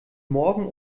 morgen